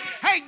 Hey